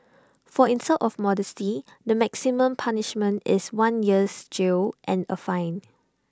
for insult of modesty the maximum punishment is one year's jail and A fine